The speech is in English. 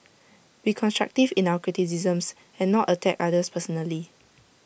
be constructive in our criticisms and not attack others personally